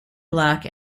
black